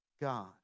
God